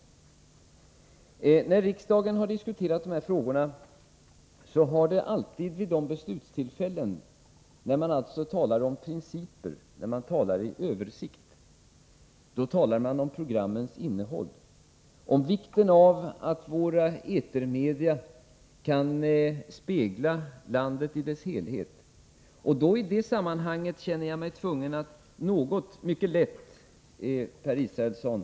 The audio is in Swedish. När riksdagen har diskuterat dessa frågor vid beslutstillfällena, när man talar om principer och i översikt, har man alltid talat om programmens innehåll och om vikten av att våra etermedia kan spegla landet i dess helhet. I det sammanhanget känner jag mig tvungen att något — mycket lätt — tillrättavisa Per Israelsson.